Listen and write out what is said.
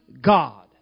God